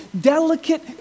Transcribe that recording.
delicate